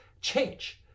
change